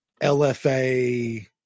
lfa